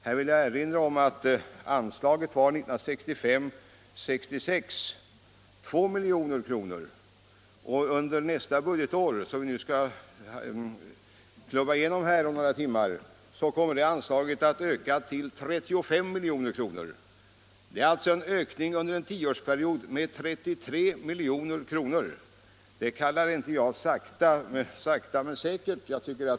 Jag vill erinra om att anslaget för budgetåret 1965/66 var 2 milj.kr. och att det under nästa budgetår, som vi skall besluta om om några timmar, kommer att öka till 35 milj.kr. Det är alltså en ökning under en tioårsperiod med 33 milj.kr. Det kallar jag inte — som herr Turesson - för sakta men säkert.